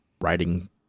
writing